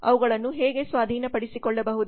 ಅವುಗಳನ್ನು ಹೇಗೆ ಸ್ವಾಧೀನಪಡಿಸಿಕೊಳ್ಳಬಹುದು